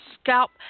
scalp